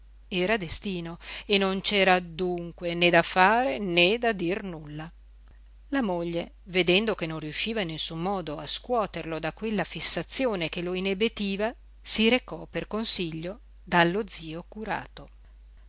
era destino e non c'era dunque né da fare né da dir nulla la moglie vedendo che non riusciva in nessun modo a scuoterlo da quella fissazione che lo inebetiva si recò per consiglio dallo zio curato